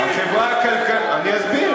אני אסביר.